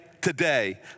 today